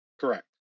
Correct